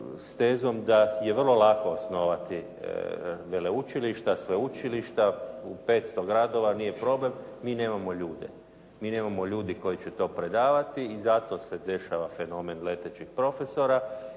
s tezom da je vrlo lako osnovati veleučilišta, sveučilišta u 500 gradova, nije problem. Mi nemamo ljude. Mi nemamo ljude koji će to predavati i zato se dešava fenomen letećih profesora